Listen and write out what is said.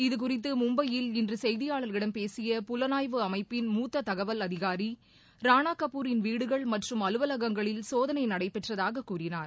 இதுகுறித்தமும்பையில் இன்றுசெய்தியாளர்களிடம் பேசிய புலனாய்வு அமைப்பின் மூத்ததகவல் அதிகாரி ராணாகபூரின் வீடுகள் மற்றும் அலுவலகங்களில் சோதனைநடைபெற்றதாககூறினார்